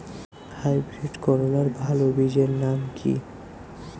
Hybrid করলার ভালো বীজের নাম কি?